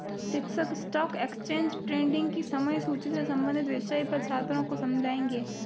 शिक्षक stock exchange trading की समय सूची से संबंधित विषय पर छात्रों को समझाएँगे